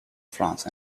france